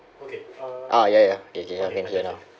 okay uh ah ya ya can can ya can hear now